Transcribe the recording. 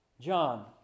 John